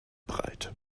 breit